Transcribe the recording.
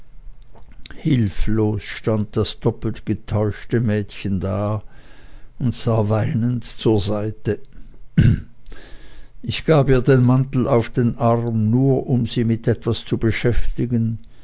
hilflos stand das doppelt getäuschte mädchen da und sah weinend zur seite ich gab ihr den mantel auf den arm nur um sie mit etwas zu beschäftigen